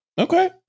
okay